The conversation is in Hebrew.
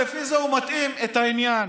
לפי זה הוא מתאים את העניין.